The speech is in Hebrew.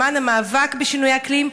למען המאבק בשינוי האקלים,